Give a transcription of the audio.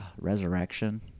Resurrection